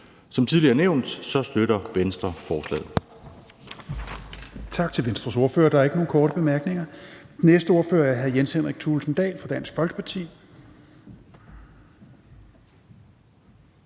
Som tidligere nævnt støtter Venstre forslaget.